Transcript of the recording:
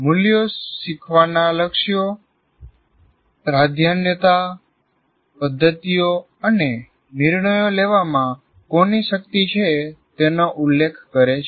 મૂલ્યો શીખવાના લક્ષ્યો પ્રાધાન્યતા પદ્ધતિઓ અને નિર્ણયો લેવામાં કોની શક્તિ છે તેનો ઉલ્લેખ કરે છે